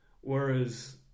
Whereas